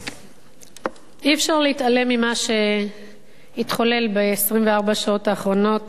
אי-אפשר להתעלם ממה שהתחולל ב-24 השעות האחרונות